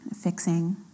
fixing